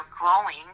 growing